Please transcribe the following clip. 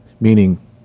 meaning